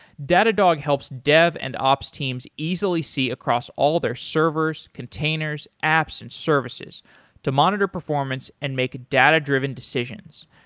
datadog helps dev and ops teams easily see across all their servers, containers, apps and services to monitor performance and make data-driven decisions.